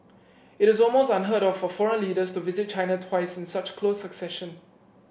it is almost unheard of for foreign leaders to visit China twice in such close succession